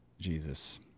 Jesus